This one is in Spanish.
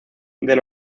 del